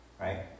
Right